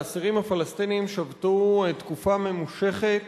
האסירים הפלסטינים שבתו תקופה ממושכת